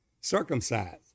circumcised